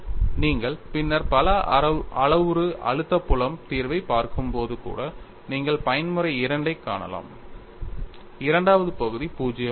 நீங்கள் பின்னர் பல அளவுரு அழுத்த புலம் தீர்வைப் பார்க்கும்போது கூட நீங்கள் பயன்முறை II ஐக் காணலாம் இரண்டாவது பகுதி 0 ஆகும்